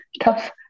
tough